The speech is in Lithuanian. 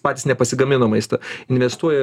patys nepasigamina maistą investuoja